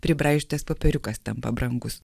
pribraižytas popieriukas tampa brangus